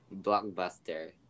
Blockbuster